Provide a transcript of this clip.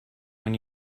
when